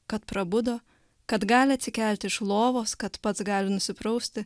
kad prabudo kad gali atsikelti iš lovos kad pats gali nusiprausti